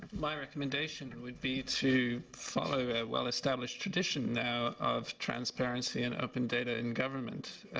my recommendation would be to follow a well-established tradition now of transparency and open data in government.